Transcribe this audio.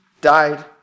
died